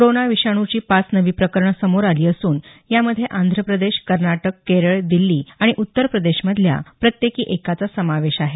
corona विषाणूची पाच नवी प्रकरणं समोर आली असून यामध्ये आंध्र प्रदेश कर्नाटक केरळ दिल्ली आणि उत्तर प्रदेशमधल्या प्रत्येकी एकाचा समावेश आहे